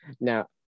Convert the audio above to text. now